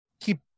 keep